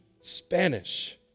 Spanish